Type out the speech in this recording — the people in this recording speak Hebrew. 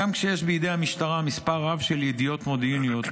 גם כאשר יש בידי המשטרה מספר רב של ידיעות מודיעיניות,